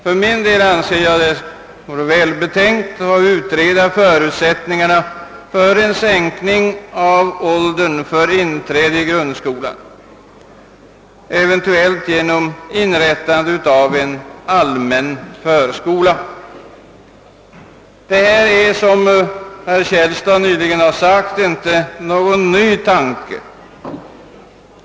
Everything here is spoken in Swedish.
För min del anser jag att det vore välbetänkt att utreda förutsättningarna för en sänkning av åldern för inträde i grundskolan, eventuellt genom inrättånde av en allmän förskola. Denna tanke är, som herr Källstad nyligen sagt, inte ny.